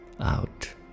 out